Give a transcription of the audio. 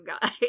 guy